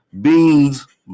Bean's